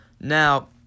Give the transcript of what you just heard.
Now